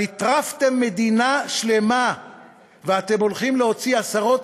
אבל הטרפתם מדינה שלמה ואתם הולכים להוציא עשרות,